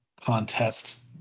contest